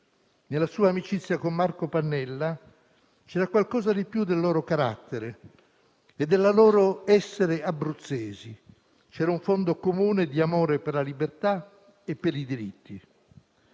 Nella sua amicizia con Marco Pannella c'era qualcosa di più del loro carattere e del loro essere abruzzesi: c'era un fondo comune di amore per la libertà e per i diritti.